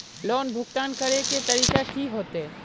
Loan भुगतान करे के तरीका की होते?